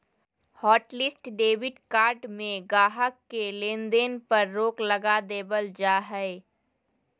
hotlist debit card में गाहक़ के लेन देन पर रोक लगा देबल जा हय